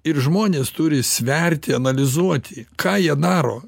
ir žmonės turi sverti analizuoti ką jie daro